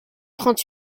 trente